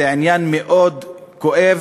זה עניין מאוד כואב,